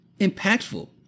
impactful